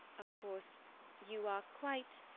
of course you are quite,